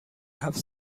هفت